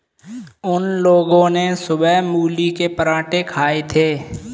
उन लोगो ने सुबह मूली के पराठे खाए थे